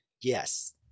Yes